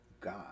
God